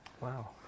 Wow